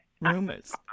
rumors